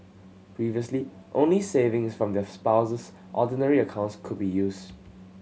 previously only savings from their Spouse's Ordinary accounts could be used